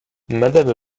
madame